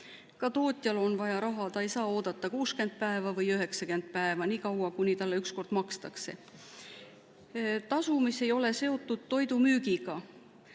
(ka tootjal on vaja raha, ta ei saa oodata 60 või 90 päeva, niikaua, kuni talle ükskord makstakse), tasu, mis ei ole seotud toidu müügiga,